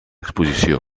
exposició